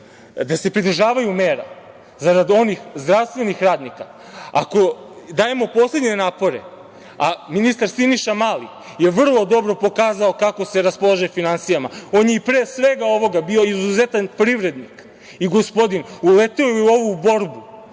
da se pridržavaju mera, zarad onih zdravstvenih radnika, ako dajemo poslednje napore…Ministar Siniša Mali je vrlo dobro pokazao kako se raspolaže finansijama. On je i pre svega ovoga bio izuzetan privrednik i gospodin. Uleteo je u ovu borbu,